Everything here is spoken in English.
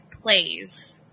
plays